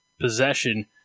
possession